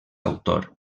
autor